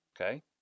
Okay